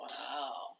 Wow